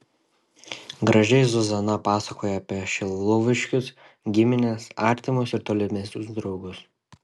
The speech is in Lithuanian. gražiai zuzana pasakojo apie šiluviškius gimines artimus ir tolimesnius draugus